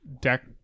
deck